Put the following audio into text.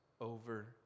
over